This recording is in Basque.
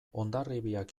hondarribiak